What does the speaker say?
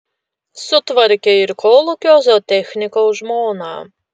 sutvarkė ir kolūkio zootechniko žmoną